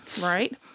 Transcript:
right